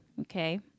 okay